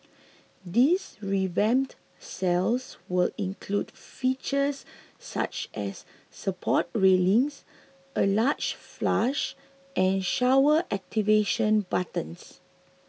these revamped cells will include features such as support railings and large flush and shower activation buttons